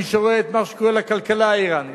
מי שרואה את מה שקורה לכלכלה האירנית